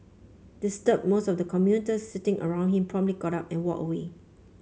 disturbed most of the commuters sitting around him promptly got up and walked away